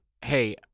hey